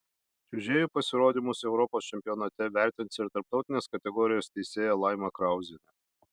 čiuožėjų pasirodymus europos čempionate vertins ir tarptautinės kategorijos teisėja laima krauzienė